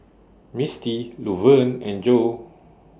Misti Luverne and Joe